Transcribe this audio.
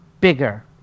bigger